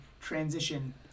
transition